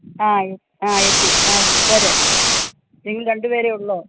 ആ ആ എത്തി ആ പോര് നിങ്ങൾ രണ്ടുപേരെ ഉള്ളോ